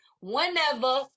whenever